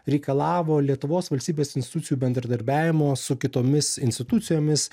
reikalavo lietuvos valstybės institucijų bendradarbiavimo su kitomis institucijomis